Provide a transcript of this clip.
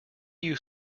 you